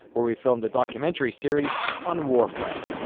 where we filmed a documentary series on warframe.